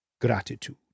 gratitude